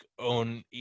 own